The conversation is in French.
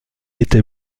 était